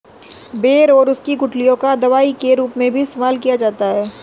बेर और उसकी गुठलियों का दवाई के रूप में भी इस्तेमाल किया जाता है